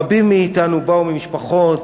רבים מאתנו באו ממשפחות